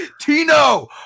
Tino